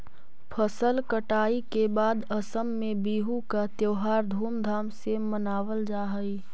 फसल कटाई के बाद असम में बिहू का त्योहार धूमधाम से मनावल जा हई